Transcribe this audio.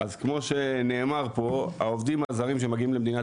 כמו שנאמר פה העובדים הזרים שמגיעים למדינת